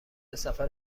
سفر